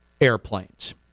airplanes